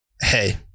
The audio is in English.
Hey